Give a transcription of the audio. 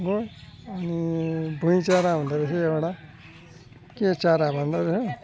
गुँड अनि भुइँ चरा हुँदो रहेछ एउटा के चरा भन्दो रहेछ